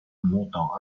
montant